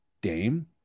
Dame